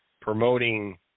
promoting –